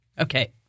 okay